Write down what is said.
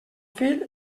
fill